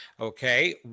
Okay